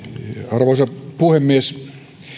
arvoisa puhemies